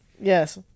Yes